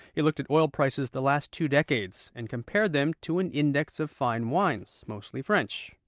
he looked at oil prices the last two decades, and compared them to an index of fine wines, mostly french.